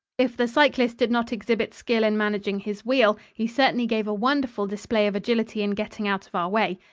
if the cyclist did not exhibit skill in managing his wheel, he certainly gave a wonderful display of agility in getting out of our way.